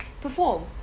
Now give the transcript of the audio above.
perform